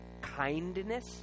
kindness